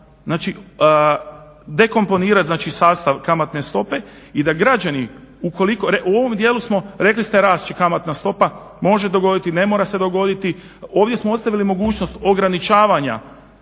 znamo dekomponirati sastav kamatne stope, u ovom dijelu rekli ste rast će kamatna stopa. Može se to dogoditi, ne mora se dogoditi. Ovdje smo ostavili mogućnost ograničavanja